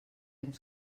ens